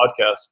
podcast